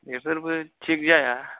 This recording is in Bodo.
बेफोरबो थिग जाया